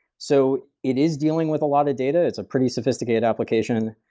so it is dealing with a lot of data, it's a pretty sophisticated application,